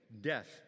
death